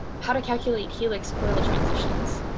how to calculate helix coil transitions.